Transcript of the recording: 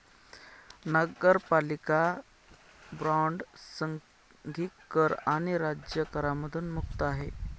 नगरपालिका बॉण्ड सांघिक कर आणि राज्य करांमधून मुक्त आहे